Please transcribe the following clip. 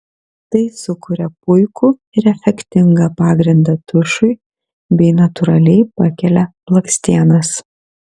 tai sukuria puikų ir efektingą pagrindą tušui bei natūraliai pakelia blakstienas